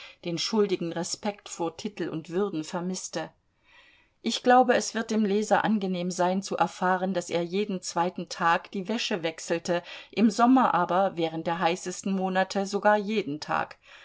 den schuldigen respekt vor titel und würden vermißte ich glaube es wird dem leser angenehm sein zu erfahren daß er jeden zweiten tag die wäsche wechselte im sommer aber während der heißesten monate sogar jeden tag